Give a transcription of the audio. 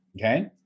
Okay